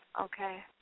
Okay